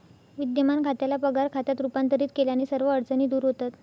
विद्यमान खात्याला पगार खात्यात रूपांतरित केल्याने सर्व अडचणी दूर होतात